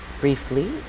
briefly